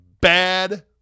Bad